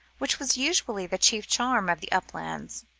which was usually the chief charm of the uplands.